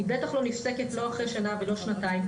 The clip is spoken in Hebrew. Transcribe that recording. היא לא נפסקת אחרי שנה או שנתיים,